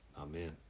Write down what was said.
Amen